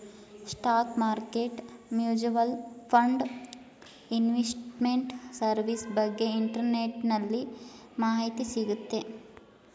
stock market mutual fund investment service ಬಗ್ಗೆ ಇಂಟರ್ನೆಟ್ಟಲ್ಲಿ ಮಾಹಿತಿ ಸಿಗುತ್ತೆ